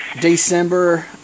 December